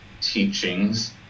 teachings